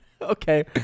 Okay